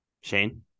Shane